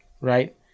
right